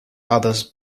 others